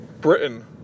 Britain